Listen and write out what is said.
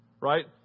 right